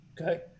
okay